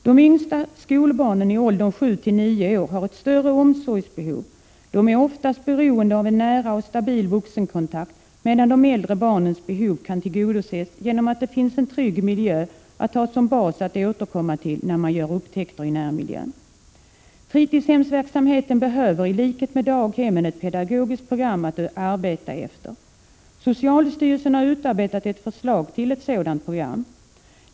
De yngsta skolbarnen, i åldern sju-nio år, har ett större omsorgsbehov och är oftast beroende av en nära och stabil vuxenkontakt, medan de äldre barnens behov kan tillgodoses genom att det finns en trygg miljö att ha som bas att återkomma till när man gör upptäckter i närmiljön. Fritidshemsverksamheten behöver i likhet med daghemmen ett pedagogiskt program att arbeta efter. Socialstyrelsen har utarbetat ett förslag till ett sådant program.